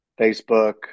Facebook